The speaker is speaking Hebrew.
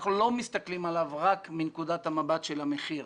אנחנו לא מסתכלים עליו רק מנקודת המבט של המחיר.